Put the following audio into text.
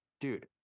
Dude